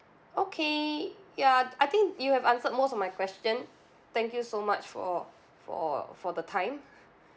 okay ya I think you have answered most of my questions thank you so much for for for the time